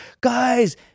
guys